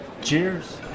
Cheers